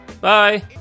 Bye